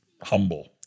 humble